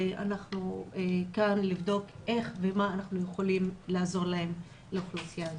אנחנו כאן לבדוק איך ובמה אנחנו יכולים לעזור לאוכלוסייה הזאת.